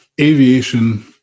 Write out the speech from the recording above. aviation